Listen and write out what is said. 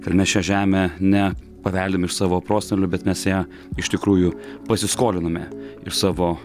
kad mes šią žemę ne paveldime iš savo prosenelių bet mes ją iš tikrųjų pasiskoliname iš savo